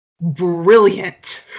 brilliant